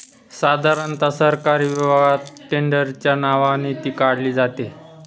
साधारणता सरकारी विभागात टेंडरच्या नावाने ती काढली जाते